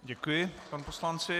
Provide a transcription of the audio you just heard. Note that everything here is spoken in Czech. Děkuji, panu poslanci.